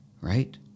right